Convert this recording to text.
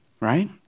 right